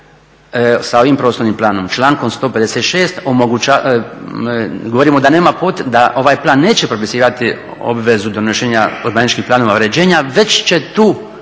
sa ovim prostornim planom, člankom 156. govorimo da ovaj plan neće propisivati obvezu donošenja urbanističkih planova uređenja već će tu